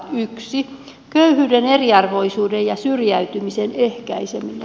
ensimmäisenä köyhyyden eriarvoisuuden ja syrjäytymisen ehkäiseminen